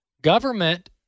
Government